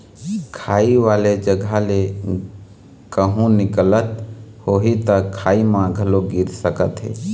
खाई वाले जघा ले कहूँ निकलत होही त खाई म घलोक गिर सकत हे